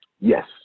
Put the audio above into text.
Yes